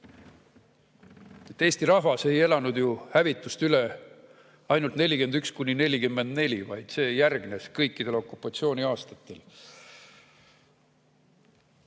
Eesti rahvas ei elanud ju hävitust üle ainult [aastail] 1941–1944, vaid see järgnes kõikidel okupatsiooniaastatel.